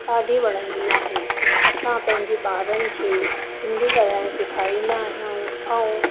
ॾाढी वणंदी आहे असां पंहिंजे ॿारनि खे सिंधी ॻाल्हाइण सेखारींदा आहियूं ऐं